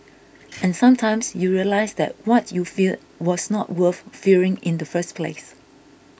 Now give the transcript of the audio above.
and sometimes you realise that what you feared was not worth fearing in the first place